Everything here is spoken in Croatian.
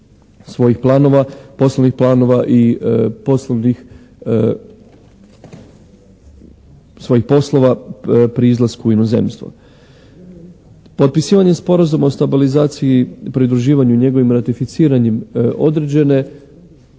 planova, posebnih planova i poslovnih svojih poslova pri izlasku u inozemstvo. Potpisivanjem Sporazuma o stabilizaciji i pridruživanju i njegovim ratificiranjem određene